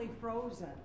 frozen